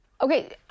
Okay